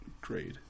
great